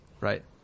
Right